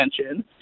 attention